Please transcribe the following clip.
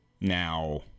Now